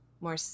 more –